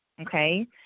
Okay